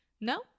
No